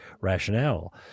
rationale